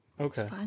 Okay